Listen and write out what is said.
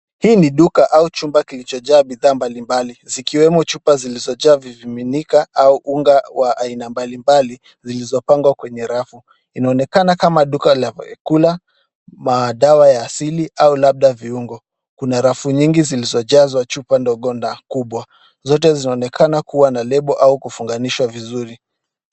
Hii ni duka au chumba kilichojaa bidhaa mbalimbali zikiwemo chupa zilizojaa vimiminika au unga wa aina mbalimbali zilizopangwa kwenye rafu. Inaonekana kama duka la vyakula, madawa ya asili au labda viungo. Kuna rafu nyingi zilizojazwa chupa ndogo na kubwa. Zote zinaonekana kuwa na lebo au kufunganishwa vizuri.